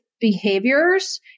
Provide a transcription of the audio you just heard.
behaviors